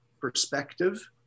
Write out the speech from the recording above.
perspective